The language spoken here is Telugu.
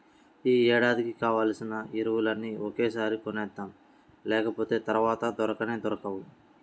యీ ఏడాదికి కావాల్సిన ఎరువులన్నీ ఒకేసారి కొనేద్దాం, లేకపోతె తర్వాత దొరకనే దొరకవు